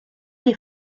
des